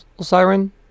siren